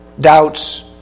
doubts